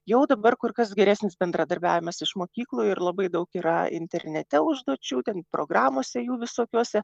jau dabar kur kas geresnis bendradarbiavimas iš mokyklų ir labai daug yra internete užduočių ten programose jų visokiose